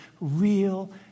real